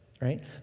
right